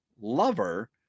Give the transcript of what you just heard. lover